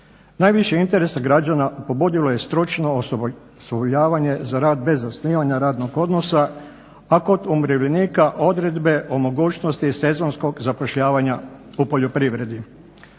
Najviše interesa građana pobudilo je stručno osposobljavanje za rad bez zasnivanja radnog odnosa, a kod umirovljenika odredbe o mogućnosti sezonskog zapošljavanja u poljoprivredi.